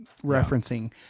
referencing